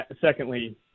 secondly